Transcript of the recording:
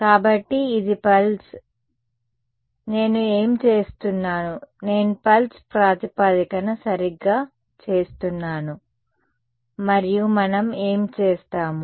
కాబట్టి ఇది pulse right కాబట్టి నేను ఏమి చేస్తున్నాను నేను పల్స్ ప్రాతిపదికన సరిగ్గా చేస్తున్నాను మరియు మనం ఏమి చేస్తాము